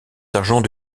sergents